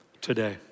today